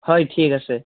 হয় ঠিক আছে